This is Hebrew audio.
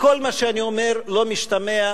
מכל מה שאני אומר לא משתמע,